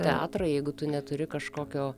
teatrą jeigu tu neturi kažkokio